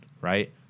Right